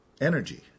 energy